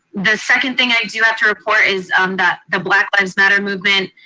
the second thing i do have to report is um that the black lives matter movement,